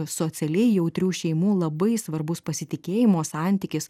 socialiai jautrių šeimų labai svarbus pasitikėjimo santykis